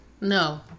No